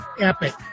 epic